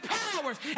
powers